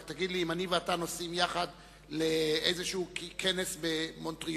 רק תגיד לי אם אני ואתה נוסעים יחד לאיזה כנס במונטריאול.